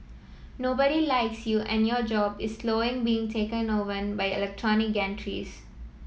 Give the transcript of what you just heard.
nobody likes you and your job is being taken over by electronic gantries